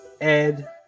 ed